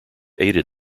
aided